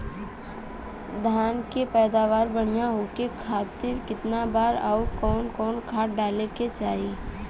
धान के पैदावार बढ़िया होखे खाती कितना बार अउर कवन कवन खाद डाले के चाही?